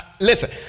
Listen